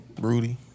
Rudy